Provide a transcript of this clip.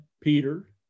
Peter